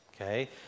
Okay